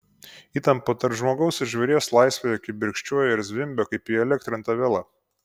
įtampa tarp žmogaus ir žvėries laisvėje kibirkščiuoja ir zvimbia kaip įelektrinta viela